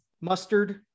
Mustard